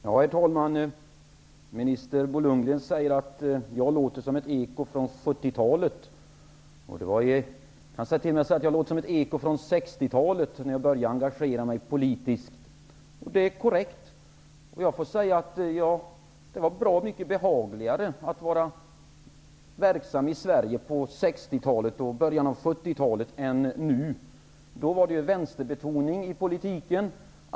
Herr talman! Statsrådet Bo Lundgren säger att jag låter som ett eko från 70-talet. Jag kan t.o.m. säga att jag låter som ett eko från 60-talet, när jag började engagera mig politiskt. Det var bra mycket behagligare att vara verksam i Sverige på 60-talet och i början på 70-talet än nu. Då var det vänsterbetoning i politiken.